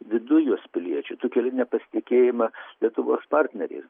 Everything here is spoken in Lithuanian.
viduj jos piliečių tu keli nepasitikėjimą lietuvos partneriai